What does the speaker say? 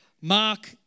Mark